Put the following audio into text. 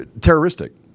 terroristic